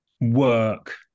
work